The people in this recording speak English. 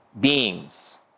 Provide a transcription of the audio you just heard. beings